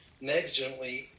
negligently